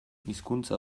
hizkuntza